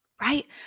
right